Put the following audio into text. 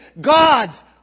God's